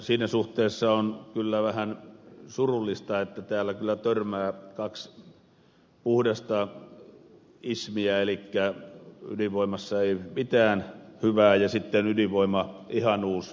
siinä suhteessa on kyllä vähän surullista että täällä törmää kaksi puhdasta ismiä elikkä ydinvoimassa ei mitään hyvää usko ja sitten ydinvoiman ihanuus usko